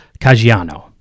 Caggiano